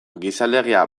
gizalegea